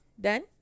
done